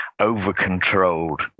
over-controlled